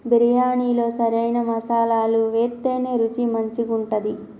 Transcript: బిర్యాణిలో సరైన మసాలాలు వేత్తేనే రుచి మంచిగుంటది